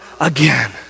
again